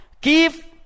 give